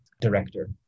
director